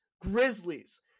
Grizzlies